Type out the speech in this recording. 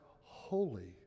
holy